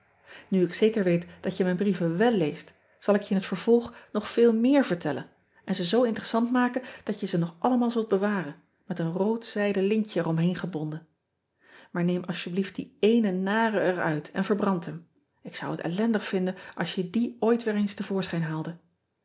u ik zeker weet dat je mijn brieven wel leest zal ik je in het vervolg nog veel meer vertellen en ze zoo interessant maken dat je ze nog allemaal zult bewaren met een rood zijden lintje er om heen gebonden aar neem alsjeblieft die ééne nare er uit en verbrand hem k zou het ellendig vinden als je die ooit weer eens te voorschijn haalde